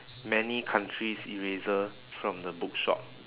many countries eraser from the bookshop